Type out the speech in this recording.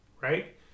Right